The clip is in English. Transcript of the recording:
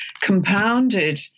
compounded